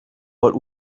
but